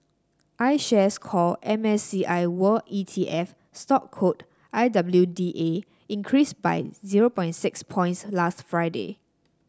IShares Core M S C I World E T F stock code I W D A increased by zero point six points last Friday